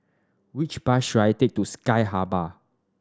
which bus should I take to Sky Habitat